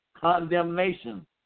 condemnation